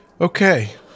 Okay